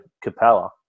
Capella